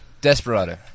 Desperado